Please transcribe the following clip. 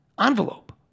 envelope